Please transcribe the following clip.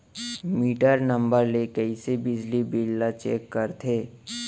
Metre number ले कइसे बिजली बिल ल चेक करथे?